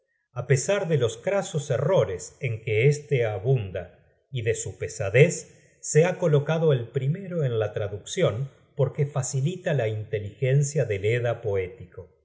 a pesar de los crasos errores en que este abunda y de su pesadez se ha colocado el primero en la traduccion porque facilita la inteligencia del edda poético